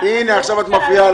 שזה יותר ראוי,